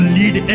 lead